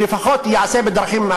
שלפחות ייעשה בדרכים,